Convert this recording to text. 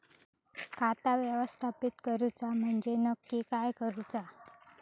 खाता व्यवस्थापित करूचा म्हणजे नक्की काय करूचा?